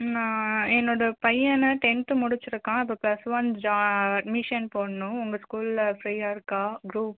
நான் என்னோய பையனை டென்த்து முடிச்சுருக்கான் இப்போ ப்ளஸ் ஒன் ஜா அட்மிஷன் போடணும் உங்கள் ஸ்கூலில் ஃப்ரீயாக இருக்கா குரூப்